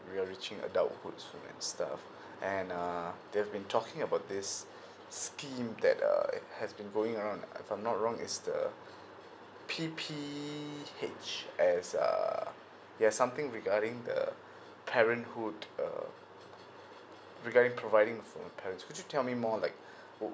they are reaching adult soon and stuff and uh they have been talking about this scheme that err has been going on if I'm not wrong is the P_P_H_S err there are something regarding the parenthood uh regarding providing for a parents could you tell me more like what what